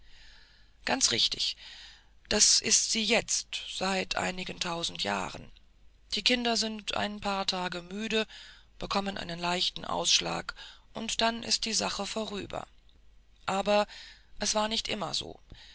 ganz richtig das ist sie jetzt seit einigen tausend jahren die kinder sind ein paar tage müde bekommen einen leichten ausschlag und dann ist die sache vorüber aber es war nicht immer so